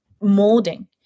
molding